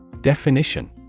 Definition